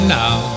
now